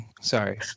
sorry